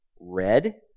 red